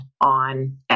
on